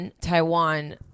Taiwan